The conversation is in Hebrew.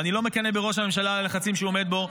ואני לא מקנא בראש הממשלה על הלחצים שהוא עומד בהם,